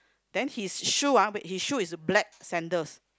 then his shoe ah wait his shoe is black sandals